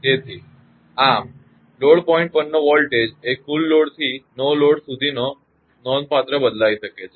તેથી આમ load point પરનો વોલ્ટેજ એ ફુલ લોડ થી નો લોડ સુધી નોંધપાત્ર રીતે બદલાઈ શકે છે